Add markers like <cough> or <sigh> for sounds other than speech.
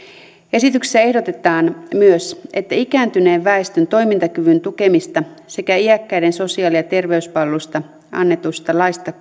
esityksessä ehdotetaan myös että ikääntyneen väestön toimintakyvyn tukemisesta sekä iäkkäiden sosiaali ja terveyspalveluista annetusta laista <unintelligible>